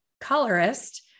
colorist